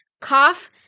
cough